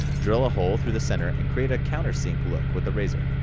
drill a hole through the center and create a counter sink look with the razor.